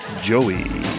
joey